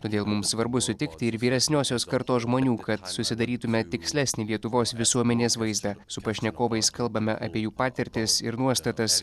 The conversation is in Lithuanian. todėl mums svarbu sutikti ir vyresniosios kartos žmonių kad susidarytume tikslesnį lietuvos visuomenės vaizdą su pašnekovais kalbame apie jų patirtis ir nuostatas